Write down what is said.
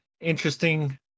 interesting